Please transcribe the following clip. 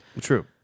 True